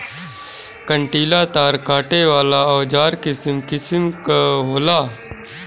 कंटीला तार काटे वाला औज़ार किसिम किसिम कअ होला